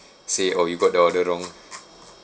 say oh you got the order wrong